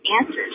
answers